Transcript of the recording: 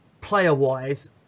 player-wise